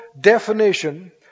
definition